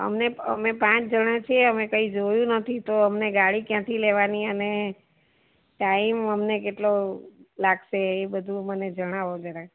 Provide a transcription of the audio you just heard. અમને અમે પાંચ જણાં છીએ અમે કઈ જોયું નથી તો અમને ગાડી ક્યાંથી લેવાની અને ટાઈમ અમને કેટલો લાગશે એ બધુ મને જણાવો જરાક